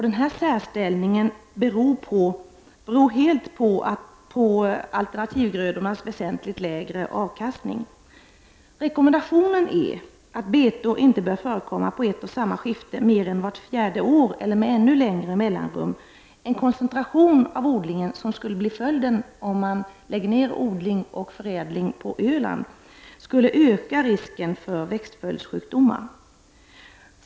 Denna särställning beror helt på alternativgrödornas väsentligt lägre avkastning. Rekommendationen är att betor inte bör förekomma på ett och samma skifte mer än vart fjärde år eller med ännu längre mellanrum. En koncentration av odlingen, vilket skulle bli följden om man lade ner odlingen och förädlingen på Öland, skulle öka risken för växtföljdssjukdomar.